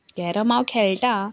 कॅरमा खेळटा